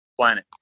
planet